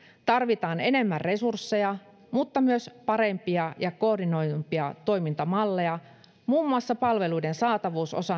tarvitaan enemmän resursseja mutta myös parempia ja koordinoidumpia toimintamalleja muun muassa palveluiden saatavuus osana